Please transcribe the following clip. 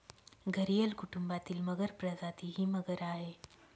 घरियल कुटुंबातील मगर प्रजाती ही मगर आहे